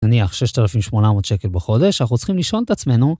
נניח 6,800 שקל בחודש, אנחנו צריכים לשאול את עצמנו